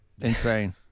insane